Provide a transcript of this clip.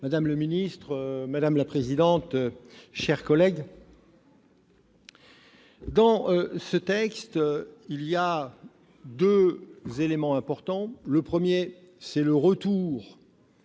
Madame la présidente, madame le ministre, chers collègues, dans ce texte, il y a deux éléments importants. Le premier, c'est le retour